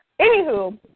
Anywho